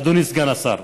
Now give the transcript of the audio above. אדוני סגן השר.